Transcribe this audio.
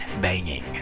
Banging